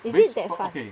is it that fun